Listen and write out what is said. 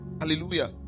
Hallelujah